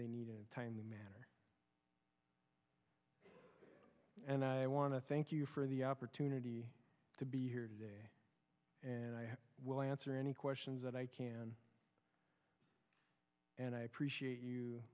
they needed timely manner and i want to thank you for the opportunity to be here today and i will answer any questions that i can and i appreciate you